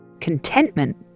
Contentment